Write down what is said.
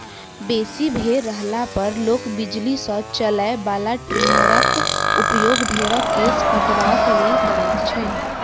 बेसी भेंड़ रहला पर लोक बिजली सॅ चलय बला ट्रीमरक उपयोग भेंड़क केश कटबाक लेल करैत छै